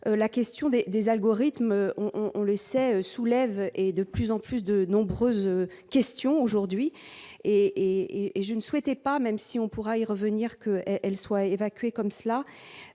la question des des algorithmes, on le sait, soulève et de plus en plus, de nombreuses questions aujourd'hui et et et je ne souhaitais pas même si on pourra y revenir que elle soit évacuée comme cela,